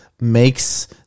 makes